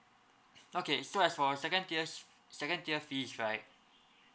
okay so as for second tier second tier fees